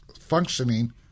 functioning